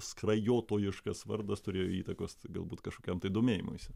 skrajotojiškas vardas turėjo įtakos galbūt kažkokiam domėjimuisi